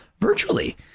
virtually